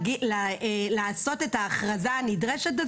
לעשות את ההכרזה הנדרשת,